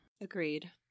Agreed